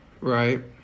right